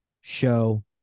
Show